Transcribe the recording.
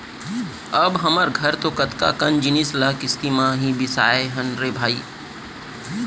अब हमर घर तो कतका कन जिनिस ल किस्ती म ही बिसाए हन रे भई